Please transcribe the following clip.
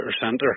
centre